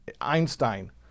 Einstein